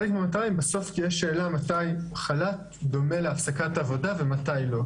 בסוף יש שאלה מתי חל"ת דומה להפסקת עבודה ומתי לא,